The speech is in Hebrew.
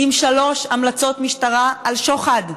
עם שלוש המלצות משטרה על שוחד,